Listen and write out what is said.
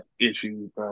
issues